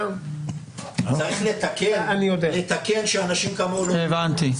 צריך לתקן שאנשים כמוהו לא יהיו פה.